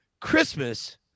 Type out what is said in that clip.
Christmas